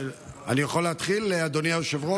אני יכול להתחיל, אדוני היושב-ראש?